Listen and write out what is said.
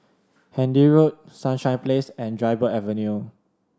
Handy Road Sunshine Place and Dryburgh Avenue